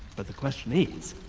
but the question is,